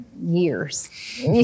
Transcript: years